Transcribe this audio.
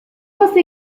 você